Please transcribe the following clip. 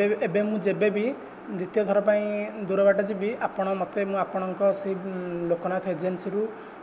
ଏବେ ମୁଁ ଯେବେ ବି ଦ୍ଵିତୀୟ ଥର ପାଇଁ ଦୂର ବାଟ ଯିବି ଆପଣ ମୋତେ ମୁଁ ଆପଣଙ୍କ ସେହି ଲୋକନାଥ ଏଜେନ୍ସିରୁ